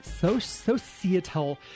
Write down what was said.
societal